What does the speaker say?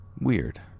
Weird